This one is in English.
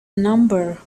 number